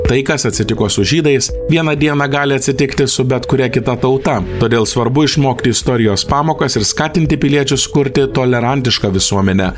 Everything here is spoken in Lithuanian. tai kas atsitiko su žydais vieną dieną gali atsitikti su bet kuria kita tauta todėl svarbu išmokti istorijos pamokas ir skatinti piliečius kurti tolerantišką visuomenę